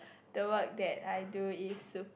the work that I do is super